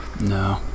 No